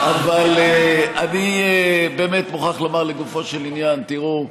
אבל אני באמת מוכרח לומר לגופו של עניין: תראו,